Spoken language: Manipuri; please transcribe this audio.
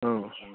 ꯑꯥ